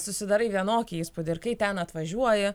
susidarai vienokį įspūdį ir kai ten atvažiuoji